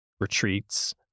retreats